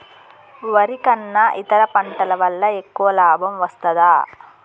వరి కన్నా ఇతర పంటల వల్ల ఎక్కువ లాభం వస్తదా?